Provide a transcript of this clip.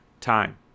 time